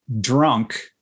drunk